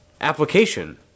application